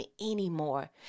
anymore